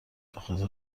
بخاطر